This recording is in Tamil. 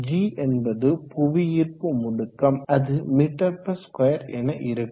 g என்பது புவியீர்ப்பு முடுக்கம் அது ms2 என இருக்கும்